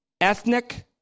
Ethnic